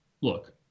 Look